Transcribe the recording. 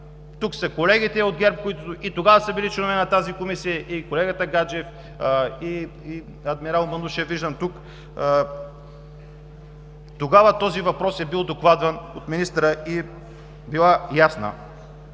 Тук са колегите от ГЕРБ, които и тогава са били членове на тази Комисия – и колегата Гаджев, и адмирал Манушев виждам. Тогава този въпрос е бил докладван от министъра – цялата